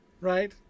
right